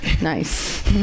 Nice